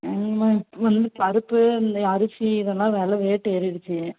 ம் வந்து பருப்பு இந்த அரிசி இதெல்லாம் விலை ரேட்டு ஏறிடுச்சு